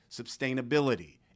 sustainability